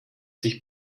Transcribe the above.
sich